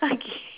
okay